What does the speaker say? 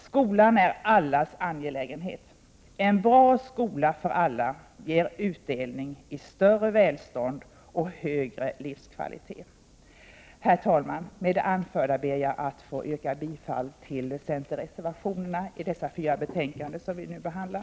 Skolan är allas angelägenhet. En bra skola för alla ger utdelning i form av högre välstånd och bättre livskvalitet. Herr talman! Med det anförda ber jag att få yrka bifall till centerreservationerna i de fyra betänkanden som vi nu behandlar.